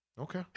Okay